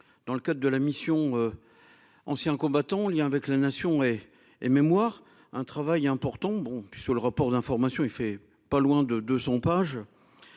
dans le cadre de la mission. Anciens combattants. Il y a avec la nation et et mémoire, un travail important, bon puis sur le rapport d'information il fait pas loin de 200 pages.